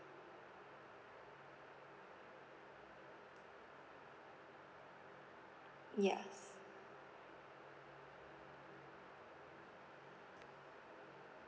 yes